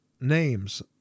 names